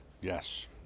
Yes